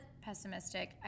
pessimistic